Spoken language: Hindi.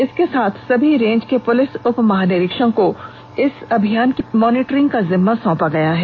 इसके साथ सभी रेंज के पुलिस उप महानिरीक्षकों को इस अभियान की मॉनिटरिंग का जिम्मा सौंपा गया है